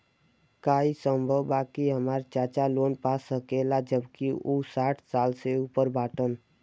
का ई संभव बा कि हमार चाचा लोन पा सकेला जबकि उ साठ साल से ऊपर बाटन?